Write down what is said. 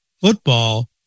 football